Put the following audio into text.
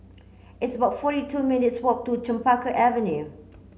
it's about forty two minutes' walk to Chempaka Avenue